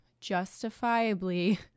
justifiably